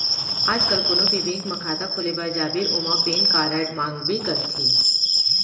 आज काल कोनों भी बेंक म खाता खोले बर जाबे ओमा पेन कारड मांगबे करथे